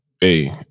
Hey